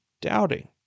doubting